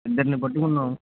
ఇద్దరిని పట్టుకున్నాం